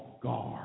guard